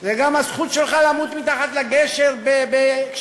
זה גם הזכות שלך למות מתחת לגשר כשאתה